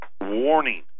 warning